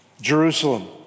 Jerusalem